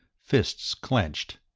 fists clenched.